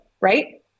right